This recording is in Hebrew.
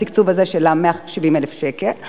התקצוב הזה של ה-170,000 שקל,